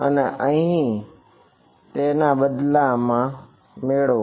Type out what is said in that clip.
અને અહીં તેના બદલામાં મેળવો